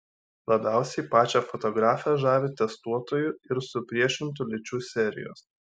labiausiai pačią fotografę žavi testuotojų ir supriešintų lyčių serijos